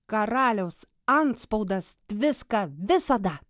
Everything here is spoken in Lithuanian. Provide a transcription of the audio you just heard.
karaliaus antspaudas tviska visada